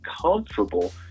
comfortable